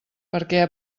perquè